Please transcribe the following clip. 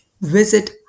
visit